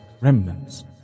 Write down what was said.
remnants